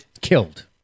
Killed